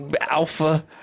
alpha